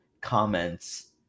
comments